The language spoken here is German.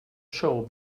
show